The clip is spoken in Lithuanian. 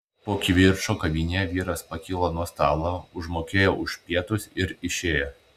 po kivirčo kavinėje vyras pakilo nuo stalo užmokėjo už pietus ir išėjo